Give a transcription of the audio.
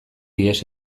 ihes